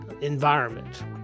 environment